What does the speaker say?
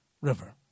River